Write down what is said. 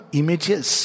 images